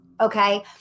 okay